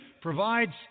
provides